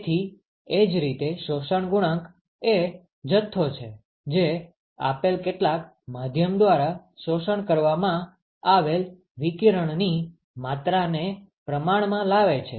તેથી એ જ રીતે શોષણ ગુણાંક એ જથ્થો છે જે આપેલ કેટલાક માધ્યમ દ્વારા શોષણ કરવામાં આવેલ વિકિરણની માત્રાને પ્રમાણમાં લાવે છે